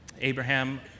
Abraham